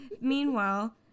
Meanwhile